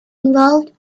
involved